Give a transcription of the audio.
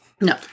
No